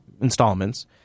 installments